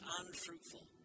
unfruitful